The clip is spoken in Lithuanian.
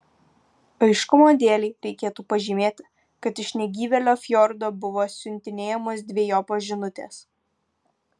aiškumo dėlei reikėtų pažymėti kad iš negyvėlio fjordo buvo siuntinėjamos dvejopos žinutės